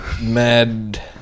mad